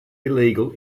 illegal